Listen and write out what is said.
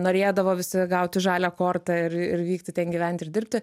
norėdavo visi gauti žalią kortą ir ir vykti ten gyventi ir dirbti